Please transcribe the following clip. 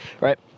right